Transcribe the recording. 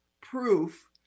proof